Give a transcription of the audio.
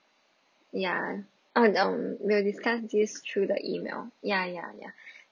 ya oh um we'll discuss this through the email ya ya ya